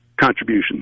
contributions